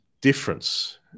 difference